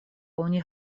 oni